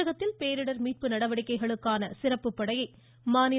தமிழகத்தில் பேரிடர் மீட்பு நடவடிக்கைகளுக்கான சிறப்பு படையை மாநில